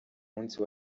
munsi